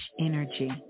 energy